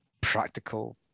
practical